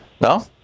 No